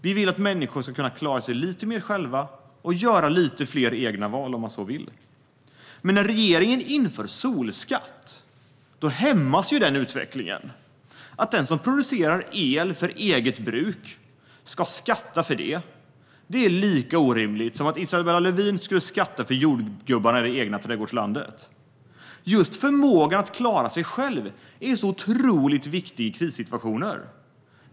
Vi vill att människor ska kunna klara sig lite mer själva och göra lite fler egna val om man så vill. Men när regeringen inför solskatt hämmas den utvecklingen. Att den som producerar el för eget bruk ska skatta för det är lika orimligt som att Isabella Lövin skulle skatta för jordgubbarna i det egna trädgårdslandet. Just förmågan att klara sig själv är otroligt viktig i krissituationer.